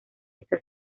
esta